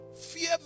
fear